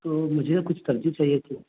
تو مجھے نا کچھ سبزی چاہیے تھی